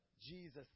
Jesus